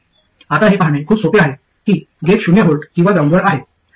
आता हे पाहणे खूप सोपे आहे की गेट शून्य व्होल्ट किंवा ग्राउंडवर आहे